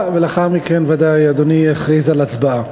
ולאחר מכן ודאי אדוני יכריז על הצבעה: